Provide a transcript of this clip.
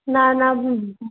না না